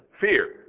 fear